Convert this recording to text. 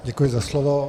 Děkuji za slovo.